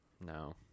No